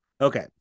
okay